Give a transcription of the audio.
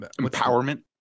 Empowerment